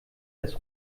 des